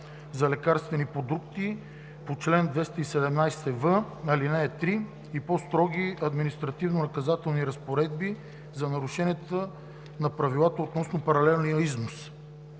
за лекарствените продукти по чл. 217в, ал. 3 и по-строги административнонаказателни разпоредби за нарушения на правилата относно паралелния износ.